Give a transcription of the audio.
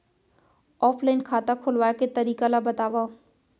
Offline खाता खोलवाय के तरीका ल बतावव?